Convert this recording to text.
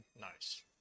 Nice